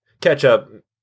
ketchup